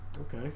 okay